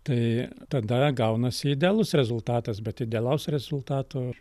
tai tada gaunasi idealus rezultatas bet idealaus rezultato